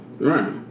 right